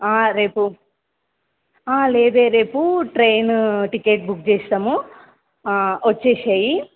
రేపు ఆ లేదే రేపు ట్రైన్ టికెట్ బుక్ చేస్తాము వచ్చేసేయి